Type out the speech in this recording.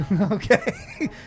Okay